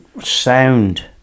sound